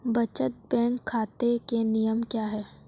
बचत बैंक खाता के नियम क्या हैं?